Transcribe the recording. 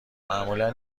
معمولا